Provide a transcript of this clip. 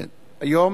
היום,